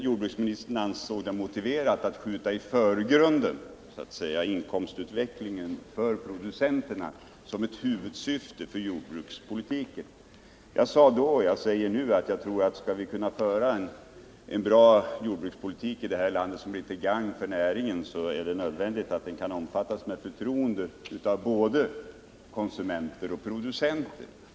Jordbruksministern ansåg det då motiverat att skjuta i förgrunden inkomstutvecklingen för producenterna som ett huvudsyfte för jordbrukspolitiken. Jag sade då och jag säger nu att jag tror förutsättningen för att kunna föra en bra jordbrukspolitik i det här landet, en jordbrukspolitik som är till gagn för näringen, är att den omfattas med förtroende av både konsumenter och producenter.